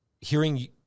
hearing